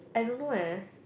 I don't know eh